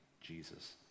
Jesus